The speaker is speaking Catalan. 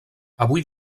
avui